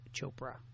Chopra